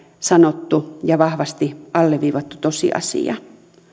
sanottu ja vahvasti alleviivattu tosiasia